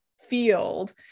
field